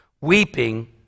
weeping